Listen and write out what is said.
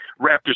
Raptors